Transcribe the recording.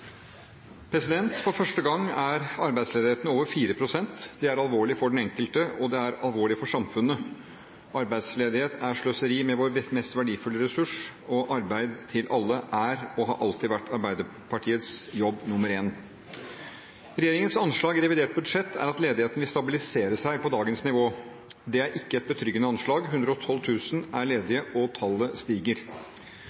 Støre. For første gang er arbeidsledigheten over 4 pst. Det er alvorlig for den enkelte, og det er alvorlig for samfunnet. Arbeidsledighet er sløseri med vår mest verdifulle ressurs, og arbeid til alle er og har alltid vært Arbeiderpartiets jobb nr. 1. Regjeringens anslag i revidert nasjonalbudsjett er at ledigheten vil stabilisere seg på dagens nivå. Det er ikke et betryggende anslag. 112 000 er ledige, og tallet stiger.